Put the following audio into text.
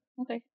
Okay